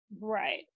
right